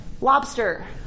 Lobster